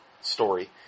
story